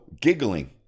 giggling